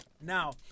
Now